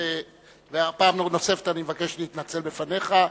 פעם נוספת אני מבקש להתנצל בפניך,